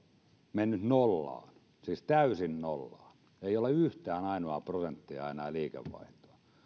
mennyt nollaan siis täysin nollaan ei ole yhtään ainoaa prosenttia enää liikevaihtoa ja